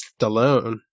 Stallone